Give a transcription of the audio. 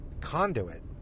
conduit